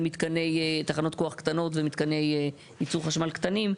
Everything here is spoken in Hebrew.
מתקני תחנות כוח תקנות ומתקני ייצור חשמל קטנים,